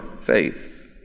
faith